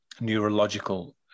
neurological